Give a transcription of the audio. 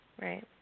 Right